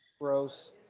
Gross